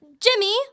Jimmy